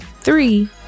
Three